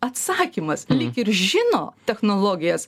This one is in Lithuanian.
atsakymas lyg ir žino technologijas